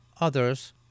others